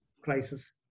crisis